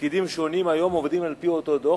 ופקידים שונים היום עובדים על-פי אותו דוח,